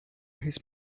his